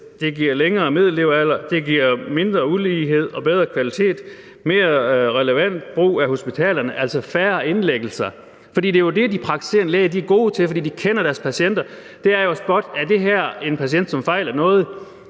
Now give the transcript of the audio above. det giver længere middellevealder, det giver mindre ulighed og bedre kvalitet, mere relevant brug af hospitalerne, altså færre indlæggelser. For det er jo det, de praktiserende læger er gode til, fordi de kender deres patienter, altså at spotte, om det her er en patient, som fejler noget,